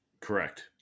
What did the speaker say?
Correct